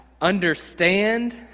understand